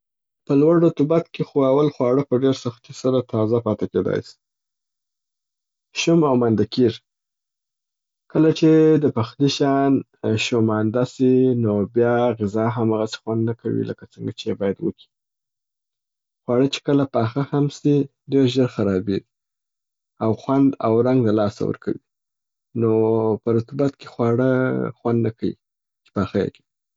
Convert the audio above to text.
په لوړ رطوبت کې خو اول خواړو په ډېر سختي سره تازه پاته کیدای سي. شوم او مانده کیږي. کله چې د پخلي شیان شومانده سي نو بیا غذا هم هغسي خوند نه کوي لکه څنګه چې باید وکي. خواړه چې کله پاخه هم سي، ډېر ژر خرابیږي او خوند او رنګ د لاسه ور کوي نو په رطوبت کې خواړه خوند نه کي چې پاخه یې کړې.